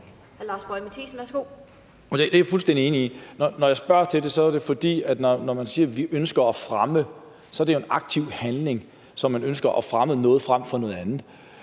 Det er jeg fuldstændig enig i. Når jeg spørger til det, er det, fordi man bruger udtrykket, at man ønsker at fremme. Det er jo en aktiv handling, at man ønsker at fremme noget frem for noget andet.